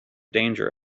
danger